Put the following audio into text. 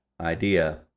idea